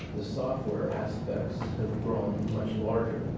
the software aspects have grown much larger.